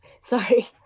sorry